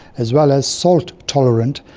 as well as salt tolerant,